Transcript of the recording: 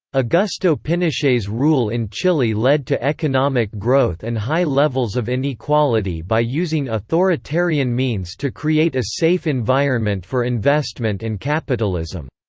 augusto pinochet's rule in chile led to economic growth and high levels of inequality by using authoritarian means to create a safe environment for investment and capitalism.